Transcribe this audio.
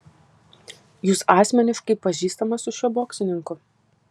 jūs asmeniškai pažįstamas su šiuo boksininku